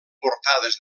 portades